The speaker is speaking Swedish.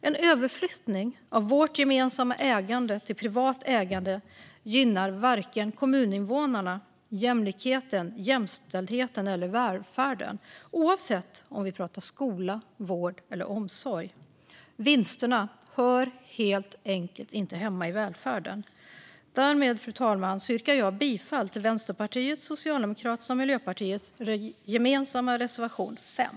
En överflyttning av vårt gemensamma ägande till privat ägande gynnar varken kommuninvånarna, jämlikheten, jämställdheten eller välfärden oavsett om vi pratar om skola, vård eller omsorg. Vinster hör helt enkelt inte hemma i välfärden. Fru talman! Jag yrkar därmed bifall till Vänsterpartiets, Socialdemokraternas och Miljöpartiets gemensamma reservation 5.